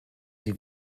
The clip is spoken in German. sie